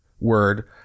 word